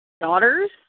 daughters